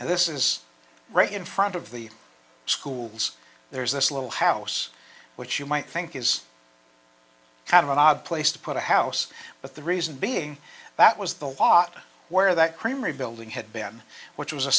and this is right in front of the schools there's this little house which you might think is kind of an odd place to put a house but the reason being that was the lot where that creamery building had been which was a